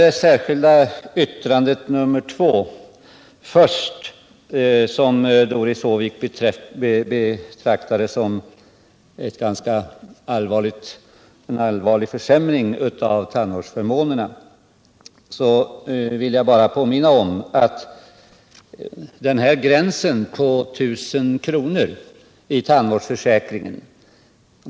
Doris Håvik sade att det innebär en ganska allvarlig försämring av tandvårdsförmånerna att höja beloppsgränsen för den lägre ersättningsnivån inom tandvårdsförsäkringen.